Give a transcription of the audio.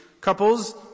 couples